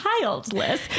childless